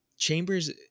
Chambers